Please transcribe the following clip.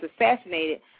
assassinated